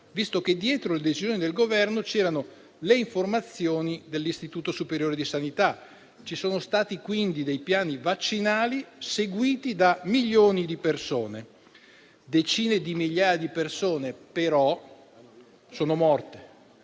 visto che dietro le decisioni del Governo c'erano le informazioni dell'Istituto superiore di sanità. Ci sono stati quindi dei piani vaccinali seguiti da milioni di persone. Decine di migliaia di persone, però, sono morte.